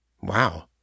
Wow